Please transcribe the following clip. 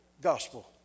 Gospel